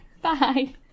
Bye